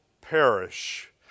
perish